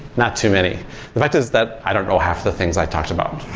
not too many the fact is that, i don't know half the things i talked about.